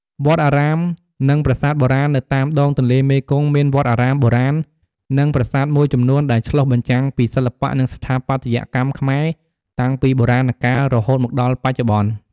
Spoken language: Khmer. វត្តអារាម និងប្រាសាទបុរាណ នៅតាមដងទន្លេមេគង្គមានវត្តអារាមបុរាណ និងប្រាសាទមួយចំនួនដែលឆ្លុះបញ្ចាំងពីសិល្បៈ និងស្ថាបត្យកម្មខ្មែរតាំងពីបុរាណកាល រហូតមកដល់បច្ចុប្បន្ន។